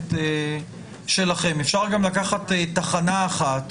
במערכת שלכם אלא אפשר גם לקחת תחנה אחת